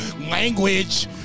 Language